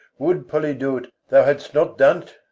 would, polydore, thou hadst not done't!